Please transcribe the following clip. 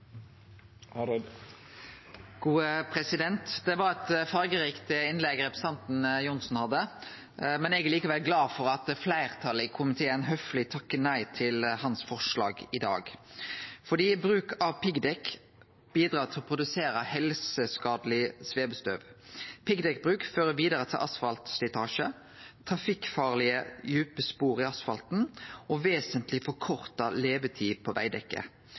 eg glad for at fleirtalet i komiteen høfleg takkar nei til forslaget hans i dag, for bruk av piggdekk bidrar til å produsere helseskadeleg svevestøv. Piggdekkbruk fører vidare til asfaltslitasje, trafikkfarlege djupe spor i asfalten og vesentleg forkorta levetid på vegdekket.